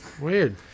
Weird